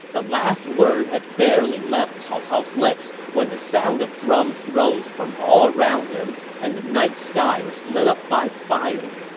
the last word had barely left cao cao's lips when the sound of drums rose from all around and the night sky was lit up by fire.